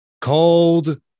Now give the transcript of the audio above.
cold